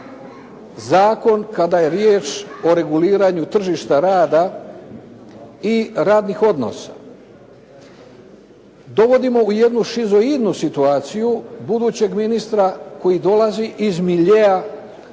zakon kada je riječ o reguliranju tržišta rada i radnih odnosa. Dovodimo u jednu šizoidnu situaciju budućeg ministra koji dolazi iz miljea